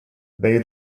they